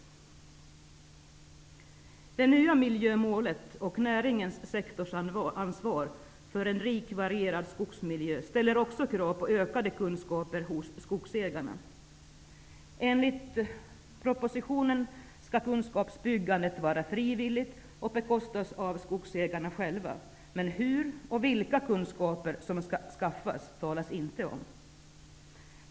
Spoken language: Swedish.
Det nya miljömålet och näringens sektorsansvar för en rik varierad skogsmiljö ställer också krav på ökade kunskaper hos skogsägarna. Enligt propositionen skall kunskapsbyggandet vara frivilligt och bekostas av skogsägarna själva. Men hur det skall göras och vilka kunskaper som skall skaffas talar man inte om.